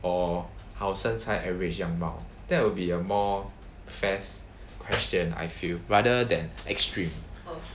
or 好身材 average 样貌 that would be a more fairs question I feel rather than extreme